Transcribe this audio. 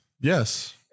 Yes